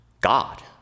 God